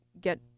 get